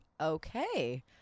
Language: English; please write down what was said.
Okay